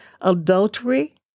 adultery